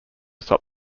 stop